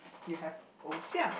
you have 偶像：ou xiang